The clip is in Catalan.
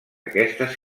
aquestes